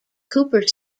cooper